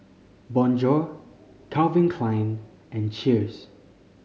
Bonjour Calvin Klein and Cheers